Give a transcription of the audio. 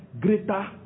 Greater